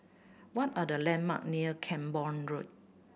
what are the landmarks near Camborne Road